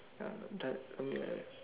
ya that something like that